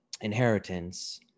inheritance